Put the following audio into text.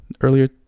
earlier